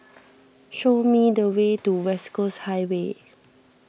show me the way to West Coast Highway